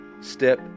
step